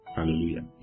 Hallelujah